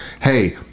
hey